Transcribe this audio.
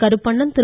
Karuppanan Thiru